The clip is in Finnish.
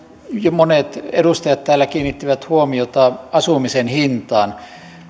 monet edustajat täällä kiinnittivät huomiota asumisen hintaan